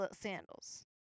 sandals